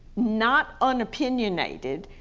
not un-opinionated,